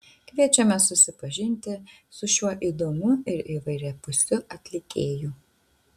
kviečiame susipažinti su šiuo įdomiu ir įvairiapusiu atlikėju